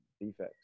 defects